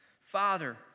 Father